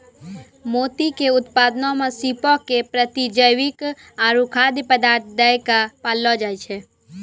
मोती के उत्पादनो मे सीपो के प्रतिजैविक आरु खाद्य पदार्थ दै के पाललो जाय छै